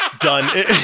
done